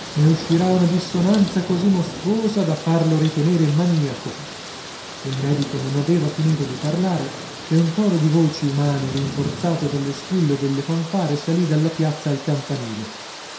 ne uscirà una dissonanza così mostruosa da farlo ritenere maniaco il medico non aveva finito di parlare che un coro di voci umane rinforzato dallo squillo delle fanfare salì dalla piazza al campanile